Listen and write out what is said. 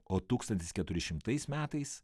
o tūkstantis keturi šimtais metais